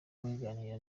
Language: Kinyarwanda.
waganiriye